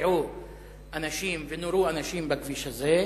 נפגעו אנשים ונורו אנשים בכביש הזה.